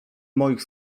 moich